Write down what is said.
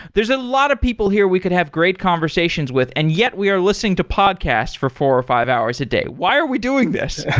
there's a lot of people here we could have great conversations with, and yet we are listening to podcasts for four or five hours a day. why are we doing this?